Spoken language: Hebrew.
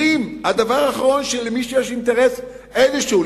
הדבר האחרון שלמישהו יש אינטרס כלשהו,